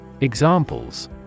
Examples